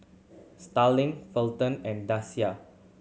Starling Felton and Danica